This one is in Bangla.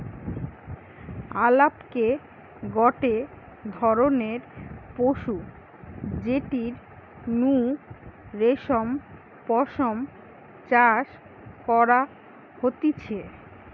আলাপকে গটে ধরণের পশু যেটির নু রেশম পশম চাষ করা হতিছে